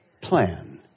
plan